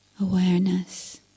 awareness